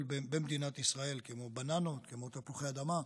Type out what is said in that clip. במדינת ישראל כמו בננות וכמו תפוחי אדמה.